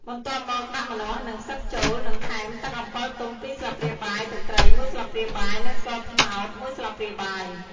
បន្ទាប់មក ដាក់ ម្នាស់ និង ផ្សិត ចូល និងថែម ទឹកអំពិលទុំ ២ ស្លាបព្រាបាយ ទឹកត្រី ១ ស្លាបព្រាបាយ និងស្ករត្នោត ១ ស្លាបព្រាបាយ។